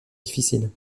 difficiles